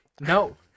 no